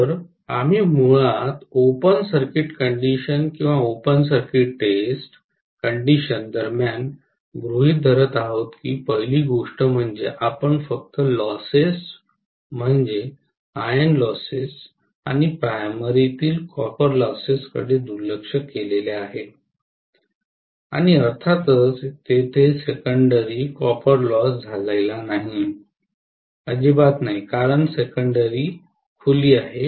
तर आम्ही मुळात ओपन सर्किट कंडिशन किंवा ओपन सर्किट टेस्ट कंडिशन दरम्यान गृहीत धरत आहोत ही पहिली गोष्ट म्हणजे आपण फक्त लॉसेस म्हणजे आयर्न लॉसेस आणि प्राइमरीतील कॉपर लॉसेस कडे दुर्लक्ष केले आहे आणि अर्थातच तेथे सेकेंडरी कॉपर लॉस झाला नाही अजिबात नाही कारण सेकेंडरी खुली आहे